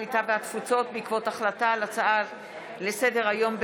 הקליטה והתפוצות בעקבות דיון בהצעתו של חבר הכנסת יוסף